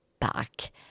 Back